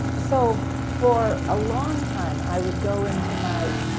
so for a long time i would go into my.